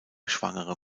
schwangere